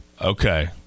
Okay